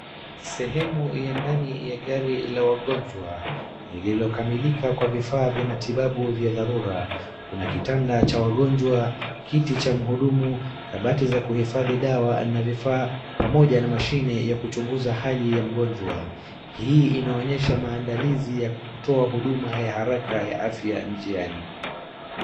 Sehemu ya ndani ya gari la wagonjwa lilokamilika kwa vifaa vya matibabu vya dharura. Kuna kitanda cha wagonjwa, kiti cha mhudumu, kabati za kuhifadhi dawa na vifaa apamoja na mashine ya kuchunguza hali ya mgonjwa. Hii inaonyesha maandalizi ya kutoa huduma ya haraka ya afya njiani.